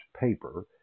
paper